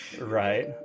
right